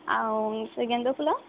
ଆଉ ସେ ଗେଣ୍ଡୁଫୁଲ